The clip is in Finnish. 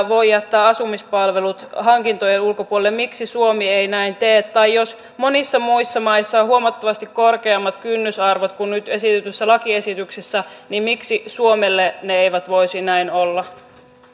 voi jättää asumispalvelut hankintojen ulkopuolelle miksi suomi ei näin tee tai jos monissa muissa maissa on huomattavasti korkeammat kynnysarvot kuin nyt esitetyssä lakiesityksessä niin miksi suomelle ne eivät voisi näin olla